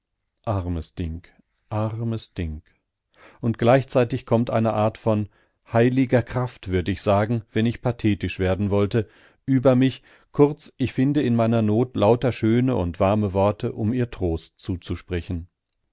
armes ding armes ding und gleichzeitig kommt eine art von heiliger kraft würd ich sagen wenn ich pathetisch werden wollte über mich kurz ich finde in meiner not lauter schöne und warme worte um ihr trost zuzusprechen